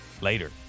later